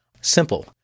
Simple